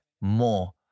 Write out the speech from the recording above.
more